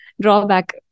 drawback